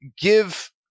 give